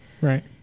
Right